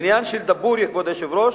העניין של דבורייה, כבוד היושב-ראש,